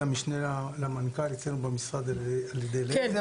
המשנה למנכ"ל אצלנו במשרד על ידי לייזר.